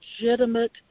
legitimate